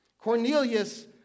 Cornelius